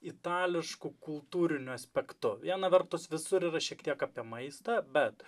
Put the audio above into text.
itališku kultūriniu aspektu viena vertus visur yra šiek tiek apie maistą bet